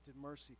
mercy